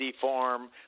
Farm